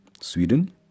Sweden